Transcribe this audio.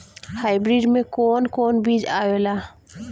Hybrid में कोवन कोवन बीज आवेला?